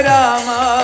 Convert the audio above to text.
Rama